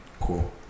Cool